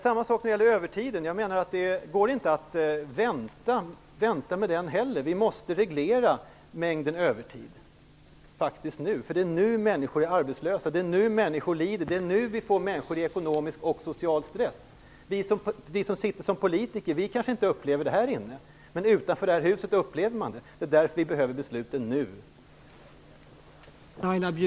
När det gäller frågan om övertid menar jag att det inte går att vänta. Vi måste reglera mängden övertid nu. Det är nu människor är arbetslösa, det är nu människor lider, det är nu vi får människor i ekonomisk och social stress. Vi som är politiker kanske inte upplever det här inne. Utanför det här huset upplever man det. Det är därför vi behöver besluten nu.